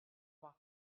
trois